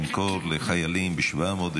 למכור לחיילים ב-700,000,